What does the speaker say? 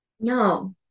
No